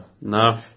No